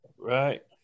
Right